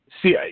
See